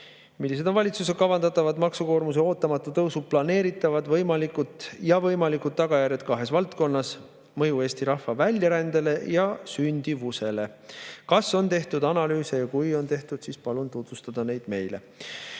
Millised on valitsuse [prognoositavad] maksukoormuse ootamatu tõusu võimalikud tagajärjed kahes valdkonnas: mõju Eesti rahva väljarändele ja sündimusele? Kas on tehtud analüüse, ja kui on tehtud, siis palun tutvustada neid meile.